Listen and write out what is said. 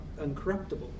uncorruptible